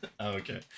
okay